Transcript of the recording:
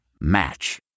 match